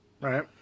right